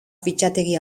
fitxategi